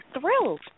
thrilled